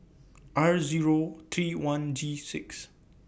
R Zero three one G six